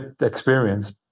experience